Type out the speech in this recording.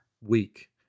week